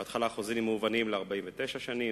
בהתחלה חוזים מהוונים ל-49 שנה,